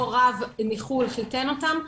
או רב מחו"ל שחיתן אותם,